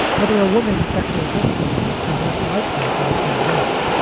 whether a woman's sexual history makes her less likely to have been raped.